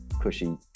cushy